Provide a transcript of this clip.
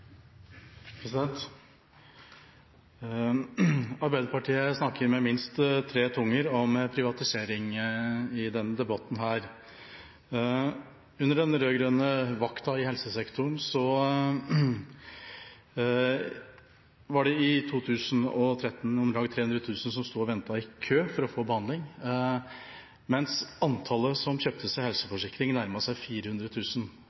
Arbeiderpartiet snakker med minst tre tunger om privatisering i denne debatten. Under den rød-grønne vakta i helsesektoren var det i 2013 om lag 300 000 som sto og ventet i kø for å få behandling, mens antallet som kjøpte seg helseforsikring, nærmet seg